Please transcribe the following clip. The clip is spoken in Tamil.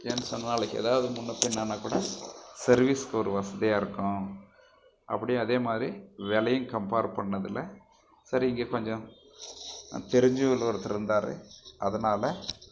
ஏன் சொன்னால் நாளைக்கு ஏதாவது முன்னே பின்னே ஆனால் கூட சர்விஸ்க்கு ஒரு வசதியாக இருக்கும் அப்படியே அதேமாதிரி விலையும் கம்பேர் பண்ணதில் சரி இங்கே கொஞ்சம் தெரிஞ்சவர் ஒருத்தரிருந்தார் அதனால்